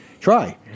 Try